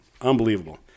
Unbelievable